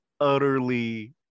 utterly